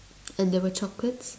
and there were chocolates